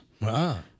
Wow